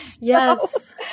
Yes